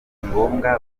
ngombwa